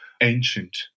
ancient